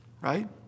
right